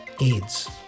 AIDS